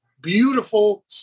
Beautiful